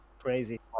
crazy